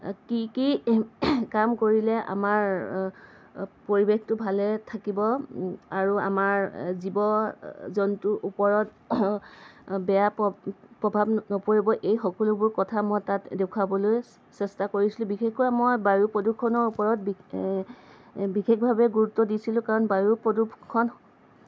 কি কি কাম কৰিলে আমাৰ পৰিৱেশটো ভালে থাকিব আৰু আমাৰ জীৱ জন্তুৰ ওপৰত বেয়া প্ৰভাৱ নপৰিব এই সকলোবোৰ কথা মই তাত দেখুৱাবলৈ চেষ্টা কৰিছিলোঁ বিশেষকৈ মই বায়ু প্ৰদূষণৰ ওপৰত বি বিশেষভাৱে গুৰুত্ব দিছিলোঁ কাৰণ বায়ু প্ৰদূষণ